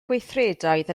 gweithredoedd